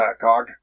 Cog